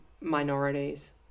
minorities